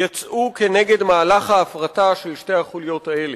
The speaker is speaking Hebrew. יצאו כנגד מהלך ההפרטה של שתי החוליות האלה.